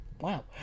Wow